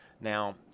Now